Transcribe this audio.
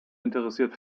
interessiert